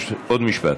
עוד משפט.